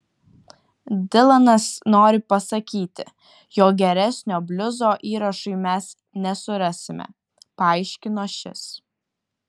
dilanas nori pasakyti jog geresnio bliuzo įrašui mes nesurasime paaiškino šis